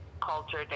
culture